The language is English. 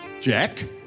Jack